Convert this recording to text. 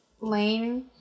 lane